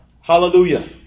Hallelujah